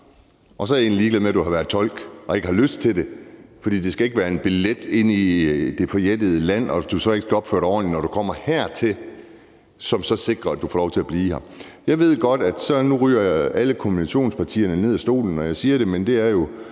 Og så er jeg egentlig ligeglad med, om du har været tolk og ikke har lyst til det, for det skal ikke være en billet ind i det forjættede land, som så, hvis du så ikke kan opføre dig ordentligt, når du kommer hertil, sikrer, at du får lov til at blive her. Jeg ved godt, at nu ryger alle konventionspartierne ned af stolen, når jeg siger det, men det er jo,